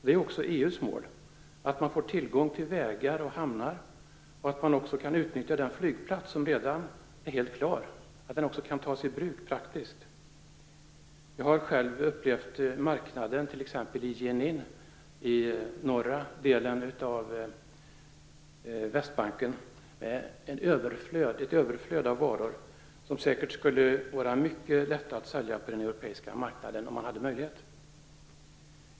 Det är också EU:s mål att man får tillgång till vägar och hamnar och att man kan utnyttja den flygplats som redan är helt klar, dvs. att den praktiskt kan tas i bruk. Jag har själv sett t.ex. marknaden i Jenin i norra delen av Västbanken. Där finns ett överflöd av varor, som det säkert skulle vara mycket lätt att sälja på den europeiska marknaden, om man hade möjlighet till det.